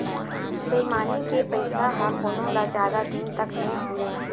बेईमानी के पइसा ह कोनो ल जादा दिन तक नइ पुरय